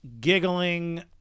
giggling